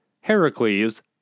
Heracles